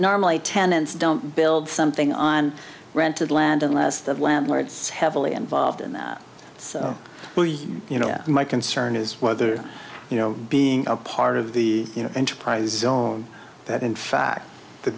normally tenants don't build something on rented land unless the landlords heavily involved in that so well you you know my concern is whether you know being a part of the you know enterprise zone that in fact the